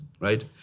right